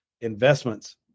investments